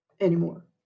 anymore